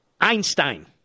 Einstein